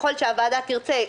ככל שהוועדה תרצה,